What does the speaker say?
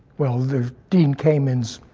well, there's dean kamen's